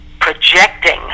projecting